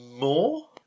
More